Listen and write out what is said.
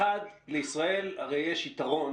לישראל הרי יש יתרון